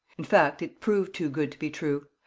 in fact, it proved too good to be true.